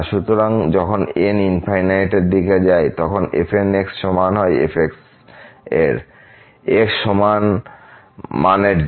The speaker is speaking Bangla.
সুতরাং যখন n এর দিকে যায় থেকে fn সমান হয় f এর x সমান মান এর জন্য